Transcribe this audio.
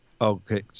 okay